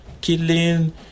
killing